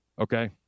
Okay